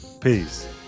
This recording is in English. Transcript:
Peace